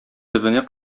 төбенә